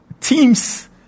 teams